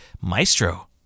Maestro